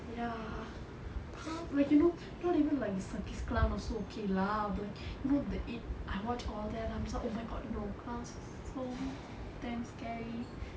ya because like you know not even like the circus clown also okay lah like you know the it I watch all that I'm so oh my god you know clowns so damn scary